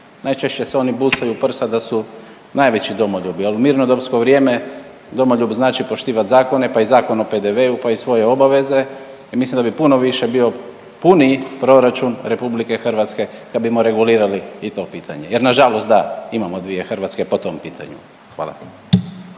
najčešće se oni busaju u prsa da su najveći domoljubi, a u mirnodopsko vrijeme domoljub znači poštivat zakona pa i Zakon o PDV-u, pa i svoje obaveze. I mislim da bi puno više bio puniji proračun RH kad bimo regulirali i to pitanje jer nažalost da, imamo dvije Hrvatske po tom pitanju. Hvala.